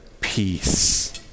peace